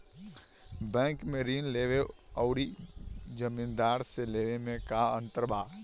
Bank से ऋण लेवे अउर जमींदार से लेवे मे का अंतर बा?